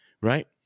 Right